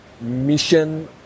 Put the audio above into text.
mission